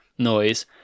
noise